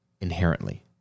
inherently